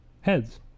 heads